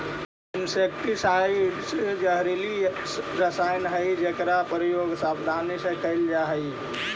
insecticides जहरीला रसायन हई जेकर प्रयोग सावधानी से कैल जा हई